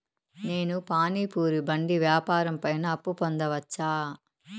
నేను పానీ పూరి బండి వ్యాపారం పైన అప్పు పొందవచ్చా?